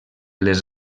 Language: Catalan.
les